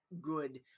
good